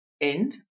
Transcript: end